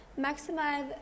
maximize